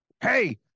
Hey